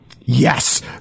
Yes